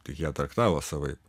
tik ją traktavo savaip